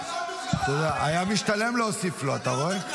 היה משתלם להוסיף לו, אתה רואה?